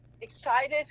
excited